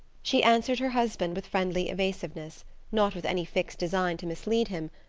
she answered her husband with friendly evasiveness not with any fixed design to mislead him,